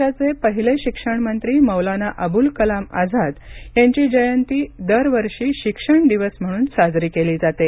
देशाचे पहिले शिक्षण मंत्री मौलाना अबुल कलाम आझाद यांची जयंती दरवर्षी शिक्षण दिवस म्हणून साजरी केली जाते